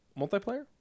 multiplayer